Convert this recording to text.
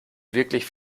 wirklich